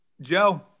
joe